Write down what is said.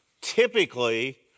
typically